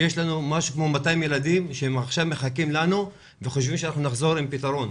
יש לנו כ-200 ילדים שמחכים לנו וחושבים שנחזור עם פתרון.